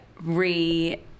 re